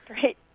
Great